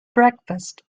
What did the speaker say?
breakfast